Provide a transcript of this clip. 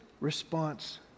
response